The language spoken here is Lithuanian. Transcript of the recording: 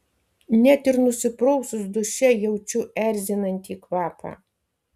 net ir nusiprausus duše jaučiu erzinantį kvapą